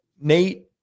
Nate